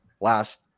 last